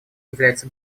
является